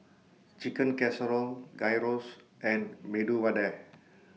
Chicken Casserole Gyros and Medu Vada